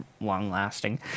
long-lasting